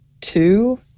two